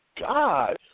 God